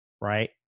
right